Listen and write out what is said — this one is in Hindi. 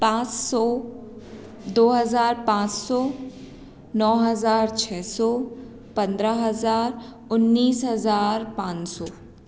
पांच सौ दो हज़ार पांच सौ नौ हज़ार छ सौ पंद्रह हज़ार उन्नीस हज़ार पांच सौ